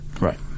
Right